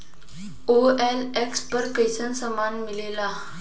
OLX पर कइसन सामान मीलेला?